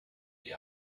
the